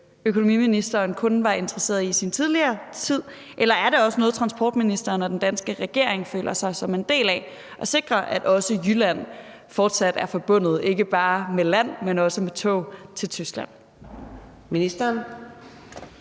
økonomiministeren kun var interesseret i tidligere, eller er det også noget, som transportministeren og den danske regering føler sig som en del af i forhold til at sikre, at også Jylland fortsat er forbundet til Tyskland, ikke bare med land, men også med tog? Kl.